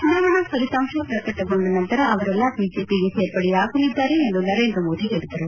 ಚುನಾವಣಾ ಫಲಿತಾಂಶ ಪ್ರಕಟಗೊಂಡ ನಂತರ ಅವರೆಲ್ಲ ಬಿಜೆಪಿಗೆ ಸೇರ್ಪಡೆಯಾಗಲಿದ್ದಾರೆ ಎಂದು ನರೇಂದ್ರ ಮೋದಿ ಹೇಳಿದರು